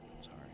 Sorry